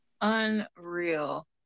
Unreal